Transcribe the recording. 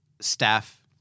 staff